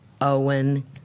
Owen